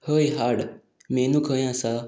हय हाड मेनू खंय आसा